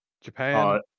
Japan